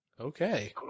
Okay